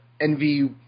Envy